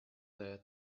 there